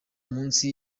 munsi